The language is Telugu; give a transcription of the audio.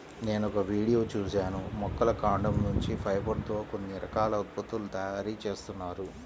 నేనొక వీడియో చూశాను మొక్కల కాండం నుంచి ఫైబర్ తో కొన్ని రకాల ఉత్పత్తుల తయారీ జేత్తన్నారు